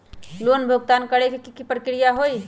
Loan भुगतान करे के की की प्रक्रिया होई?